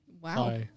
wow